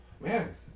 Man